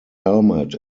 helmet